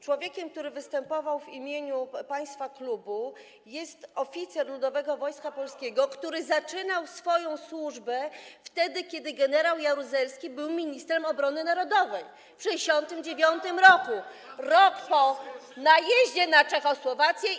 Człowiekiem, który występował w imieniu państwa klubu, jest oficer ludowego Wojska Polskiego, który zaczynał swoją służbę wtedy, kiedy gen. Jaruzelski był ministrem obrony narodowej - w 1969 r., rok po najeździe na Czechosłowację.